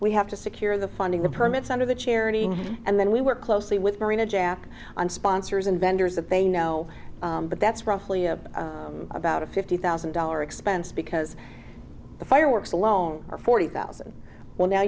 we have to secure the funding the permits under the charity and then we work closely with marina jack and sponsors and vendors that they know but that's roughly about a fifty thousand dollar expense because the fireworks alone are forty thousand well now